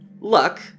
luck